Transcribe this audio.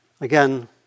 again